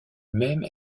même